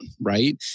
right